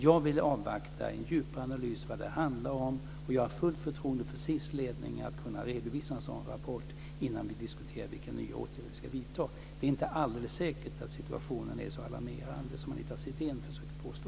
Jag vill avvakta en djupare analys om vad det handlar om. Jag har fullt förtroende för SiS ledning att kunna redovisa en sådan rapport innan vi diskuterar vilka nya åtgärder vi ska vidta. Det är inte alldeles säkert att situationen är så alarmerande som Anita Sidén försöker påstå.